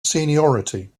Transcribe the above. seniority